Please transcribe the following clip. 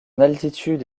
altitude